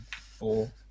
four